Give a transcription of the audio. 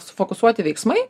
sufokusuoti veiksmai